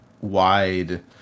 wide